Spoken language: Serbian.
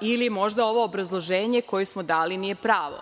ili možda ovo obrazloženje koje smo dali nije pravo.